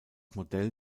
modell